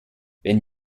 wenn